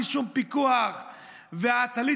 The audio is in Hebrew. בלי שום פיקוח.